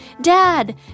Dad